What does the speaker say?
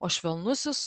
o švelnusis